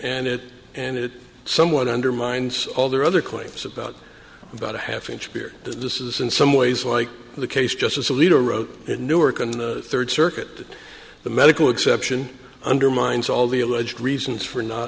and it and it somewhat undermines all their other claims about about a half inch here this is in some ways like the case justice alito wrote in newark on the third circuit the medical exception undermines all the alleged reasons for not